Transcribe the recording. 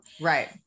Right